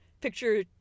picture